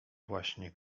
właśnie